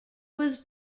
was